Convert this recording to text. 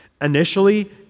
initially